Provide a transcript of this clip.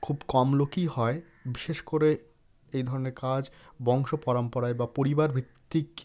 খুব কম লোকই হয় বিশেষ করে এই ধরনের কাজ বংশ পরম্পরায় বা পরিবারভিত্তিক